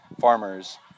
farmers